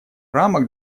рамок